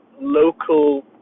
local